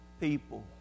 people